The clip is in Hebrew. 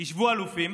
ישבו אלופים